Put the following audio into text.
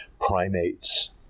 Primates